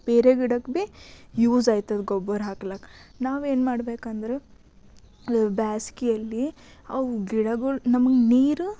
ಬೇರೆ ಗಿಡಕ್ಕೆ ಭೀ ಯೂಸ್ ಆಗ್ತದೆ ಗೊಬ್ಬರ ಹಾಕ್ಲಿಕ್ಕೆ ನಾವೇನು ಮಾಡ್ಬೇಕೆಂದ್ರೆ ಬೇಸ್ಗೆಯಲ್ಲಿ ಅವು ಗಿಡಗಳು ನಮಗೆ ನೀರು